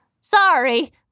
Sorry